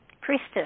priestess